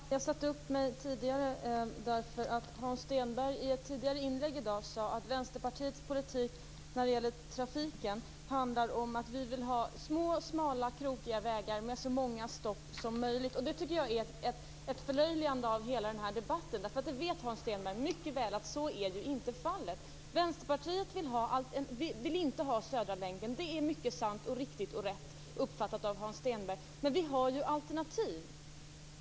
Fru talman! Jag satte upp mig på talarlistan tidigare därför att Hans Stenberg i ett inlägg i dag sade att Vänsterpartiets politik när det gäller trafik handlar om att vi vill ha små, smala, krokiga vägar med så många stopp som möjligt. Det tycker jag är ett förlöjligande av hela den här debatten. Hans Stenberg vet mycket väl att så inte är fallet. Vänsterpartiet vill inte ha Södra länken. Det är mycket sant och riktigt, och rätt uppfattat av Hans Stenberg. Men vi har ju alternativ.